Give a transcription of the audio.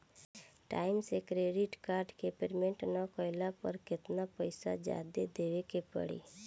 Time से credit card के payment ना कैला पर केतना पईसा जादे देवे के पड़ी?